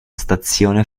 stazione